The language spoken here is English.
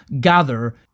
gather